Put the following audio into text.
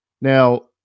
Now